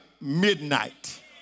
midnight